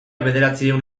bederatziehun